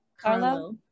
Carlo